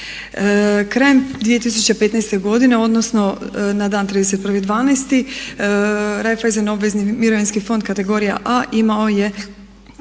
Krajem 2015. godine odnosno na dan 31.12. Reiffeisen obvezni mirovinski fond kategorija A imao je